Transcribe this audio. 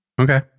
Okay